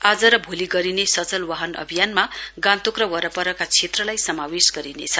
आज र भोलि गरिने सचल वाहन अभियानमा गान्तोक र वरपरका क्षेत्रलाई समावेश गरिनेछ